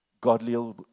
godly